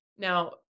Now